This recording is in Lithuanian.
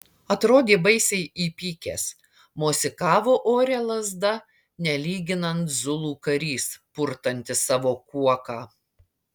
atrodė baisiai įpykęs mosikavo ore lazda nelyginant zulų karys purtantis savo kuoką